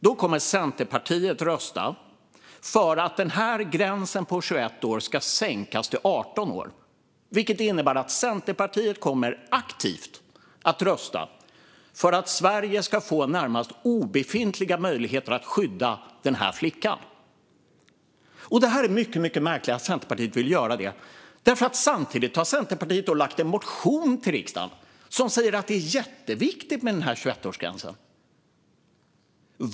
Då kommer Centerpartiet att rösta för att gränsen på 21 år ska sänkas till 18 år, vilket innebär att Centerpartiet aktivt kommer att rösta för att Sverige ska få närmast obefintliga möjligheter att skydda den här flickan. Det är mycket märkligt att Centerpartiet vill göra detta, för samtidigt har Centerpartiet lämnat in en motion till riksdagen där man säger att det är jätteviktigt med 21-årsgränsen.